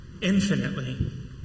infinitely